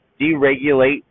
deregulate